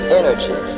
energy